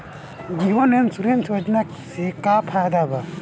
जीवन insurance योजना से का फायदा बा?